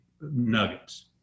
nuggets